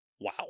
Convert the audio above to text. Wow